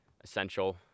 essential